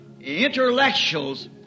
intellectuals